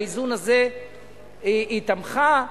באיזון הזה היא תמכה.